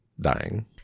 dying